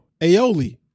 aioli